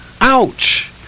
Ouch